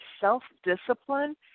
self-discipline